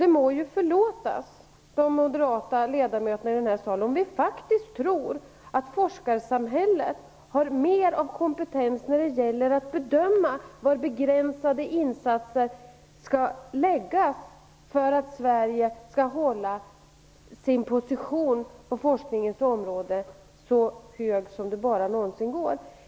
Det må ju förlåtas de moderata ledamöterna i den här salen om vi faktiskt tror att forskarsamhället har mer kompetens att bedöma var begränsade insatser skall läggas för att Sverige skall hålla sin position på forskningens område så hög som det någonsin går.